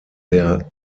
der